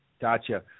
gotcha